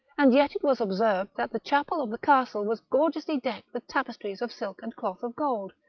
and yet it was observed that the chapel of the castle was gorgeously decked with tapestries of silk and cloth of gold,